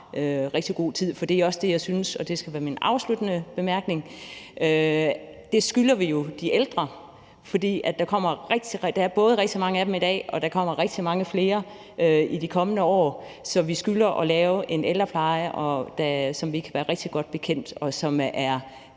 rigtig lang tid. Jeg synes også, og det skulle være min afsluttende bemærkning, at vi skylder de ældre – for der er rigtig mange af dem i dag, og der kommer rigtig mange flere i de kommende år – at lave en ældrepleje, som vi kan være bekendt, og hvor der